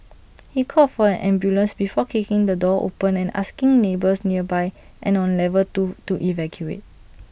he called for an ambulance before kicking the door open and asking neighbours nearby and on level two to evacuate